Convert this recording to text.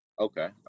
Okay